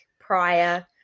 prior